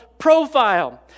Profile